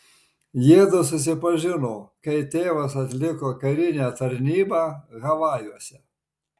jiedu susipažino kai tėvas atliko karinę tarnybą havajuose